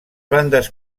bandes